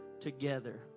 together